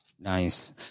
nice